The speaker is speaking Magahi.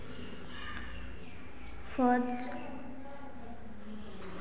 फंड स शेयर बाजारत सशक्त निवेशकेर सूची तैयार कराल जा छेक